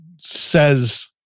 Says